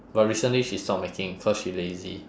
but recently she stop making cause she lazy